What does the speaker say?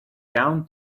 down